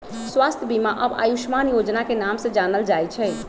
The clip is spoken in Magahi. स्वास्थ्य बीमा अब आयुष्मान योजना के नाम से जानल जाई छई